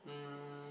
um